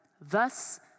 thus